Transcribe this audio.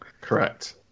Correct